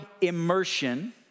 immersion